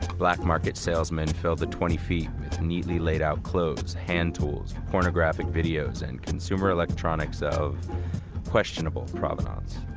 black market salesman filled the twenty feet with neatly laid out closed hand tools, pornographic videos, and consumer electronics of questionable providence.